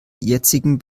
jetzigen